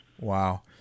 Wow